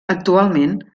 actualment